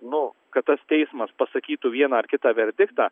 nu kad tas teismas pasakytų vieną ar kitą verdiktą